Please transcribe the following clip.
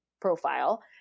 profile